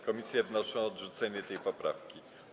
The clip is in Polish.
Komisje wnoszą o odrzucenie tej poprawki.